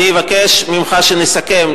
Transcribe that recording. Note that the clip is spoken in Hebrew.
אני אבקש ממך שנסכם,